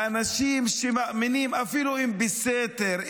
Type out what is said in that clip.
האנשים שמאמינים אפילו אם בסתר,